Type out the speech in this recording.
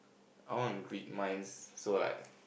I want to read minds so like